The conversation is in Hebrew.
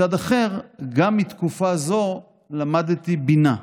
מצד אחר, גם מתקופה זו למדתי בינה.